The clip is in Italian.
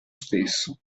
stesso